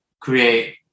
create